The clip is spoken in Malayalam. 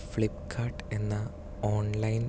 ഫ്ലിപ്കാർട്ട് എന്ന ഓൺലൈൻ